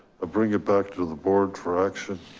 bring it back to the board, traction.